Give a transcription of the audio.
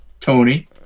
Tony